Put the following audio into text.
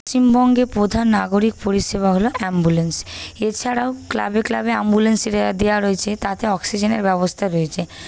পশ্চিমবঙ্গে প্রধান নাগরিক পরিষেবা হল অ্যাম্বুলেন্স এছাড়াও ক্লাবে ক্লাবে অ্যাম্বুলেন্স দেওয়া রয়েছে তাতে অক্সিজেনের ব্যবস্থা রয়েছে